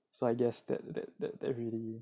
so I guess that that that that really